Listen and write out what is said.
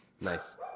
Nice